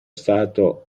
stato